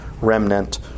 remnant